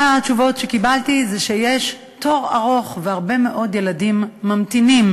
התשובה שקיבלתי היא שיש תור ארוך והרבה מאוד ילדים ממתינים